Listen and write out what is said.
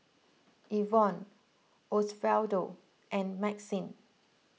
Evonne Osvaldo and Maxine